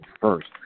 first